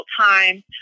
time